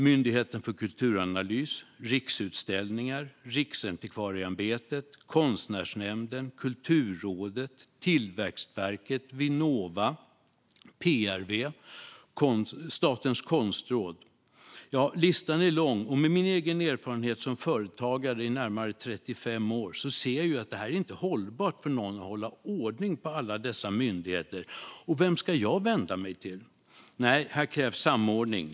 Myndigheten för kulturanalys, Riksutställningar, Riksantikvarieämbetet, Konstnärsnämnden, Kulturrådet, Tillväxtverket, Vinnova, PRV, Statens konstråd - ja, listan är lång. Med min egen erfarenhet som företagare i närmare 35 år ser jag att det inte är hållbart för någon att hålla ordning på alla dessa myndigheter. Vem ska jag vända mig till? Nej, här krävs samordning!